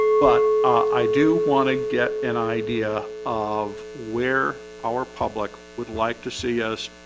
but i do want to get an idea of where our public would like to see us?